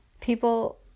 people